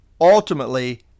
ultimately